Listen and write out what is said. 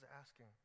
asking